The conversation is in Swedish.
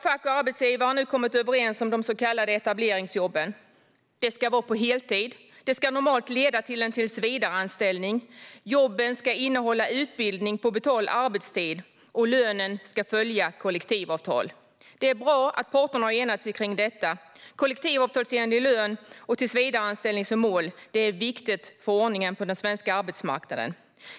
Fack och arbetsgivare har nu kommit överens om de så kallade etableringsjobben. De ska vara på heltid och normalt leda till en tillsvidareanställning. Jobben ska innehålla utbildning på betald arbetstid, och lönen ska följa kollektivavtalen. Det är bra att parterna har enats om detta. För ordningen på den svenska arbetsmarknaden är det viktigt med kollektivavtalsenlig lön och tillsvidareanställning som mål.